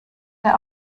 der